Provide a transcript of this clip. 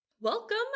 Welcome